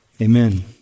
Amen